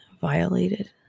violated